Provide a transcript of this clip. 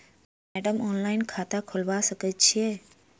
Madam online खाता खोलबा सकलिये छीयै?